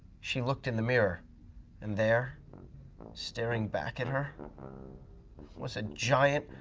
she looked in the mirror and there staring back at her was a giant,